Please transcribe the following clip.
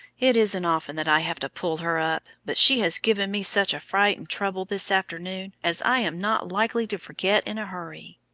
it isn't often that i have to pull her up, but she has given me such a fright and trouble this afternoon as i am not likely to forget in a hurry.